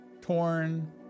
torn